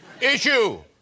Issue